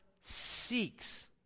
seeks